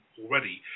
already